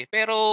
Pero